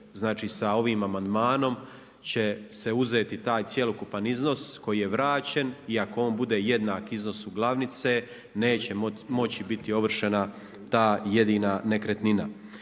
će sa ovim amandmanom uzeti taj cjelokupan iznos koji je vraćen i ako on bude jednak iznosu glavnice, neće moći biti ovršna ta jedina nekretnina.